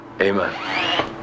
Amen